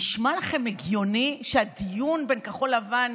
נשמע לכם הגיוני שהדיון בין כחול לבן